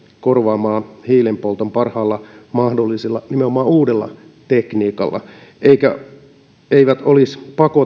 korvaamaan hiilenpolton parhaalla mahdollisella nimenomaan uudella tekniikalla eivätkä olisi pakotettuja investoimaan